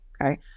okay